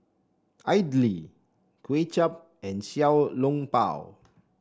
Idly Kway Chap and Xiao Long Bao